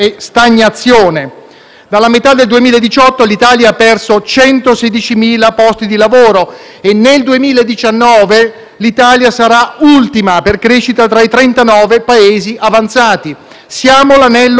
Dalla metà del 2018 l'Italia ha perso 116.000 posti di lavoro e nel 2019 l'Italia sarà ultima per crescita tra i 39 Paesi avanzati. Siamo l'anello debole dell'Europa.